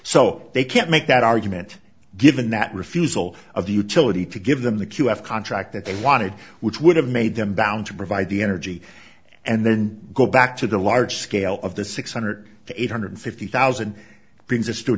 so they can't make that argument given that refusal of the utility to give them the q f contract that they wanted which would have made them bound to provide the energy and then go back to the large scale of the six hundred to eight hundred fifty thousand brings us to a